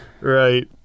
Right